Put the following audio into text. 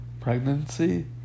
pregnancy